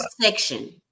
section